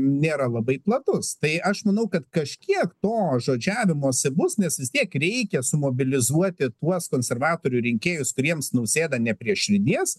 nėra labai platus tai aš manau kad kažkiek to žodžiavimosi bus nes vis tiek reikia sumobilizuoti tuos konservatorių rinkėjus kuriems nausėda ne prie širdies